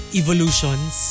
evolutions